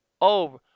over